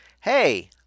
hey